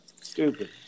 Stupid